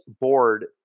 board